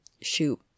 shoot